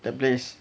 the place